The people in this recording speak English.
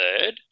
third